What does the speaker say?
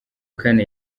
kane